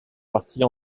partie